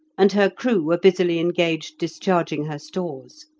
and her crew were busily engaged discharging her stores.